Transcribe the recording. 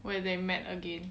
where they met again